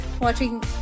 watching